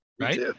right